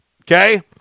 okay